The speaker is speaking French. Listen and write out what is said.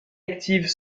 actives